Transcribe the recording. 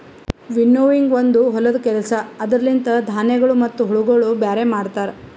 winnowing ಒಂದು ಹೊಲದ ಕೆಲಸ ಅದುರ ಲಿಂತ ಧಾನ್ಯಗಳು ಮತ್ತ ಹುಳಗೊಳ ಬ್ಯಾರೆ ಮಾಡ್ತರ